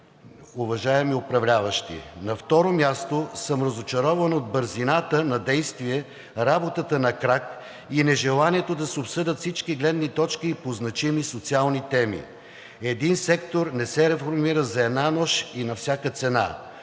уважаеми управляващи. На второ място, разочарован съм от бързината на действие работата на крак и нежеланието да се обсъдят всички гледни точки и по-значими социални теми. Един сектор не се реформира за една нощ и на всяка цена.